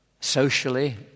Socially